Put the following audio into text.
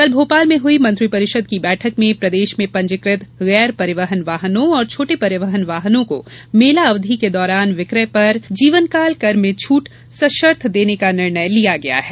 कल भोपाल में हुई मंत्रिपरिषद की बैठक में प्रदेश में पंजीकृत गैर परिवहन वाहनो और छोटे परिवहन वाहनो को मेला अवधि के दौरान विक्रय पर जीवनकाल कर में छूट सशर्त देने का निर्णय लिया गया है